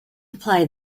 apply